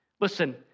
Listen